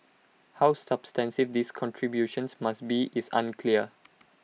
how substantive these contributions must be is unclear